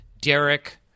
Derek